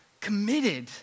committed